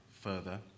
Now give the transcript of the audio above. further